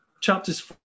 chapters